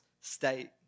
state